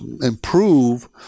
improve